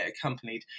accompanied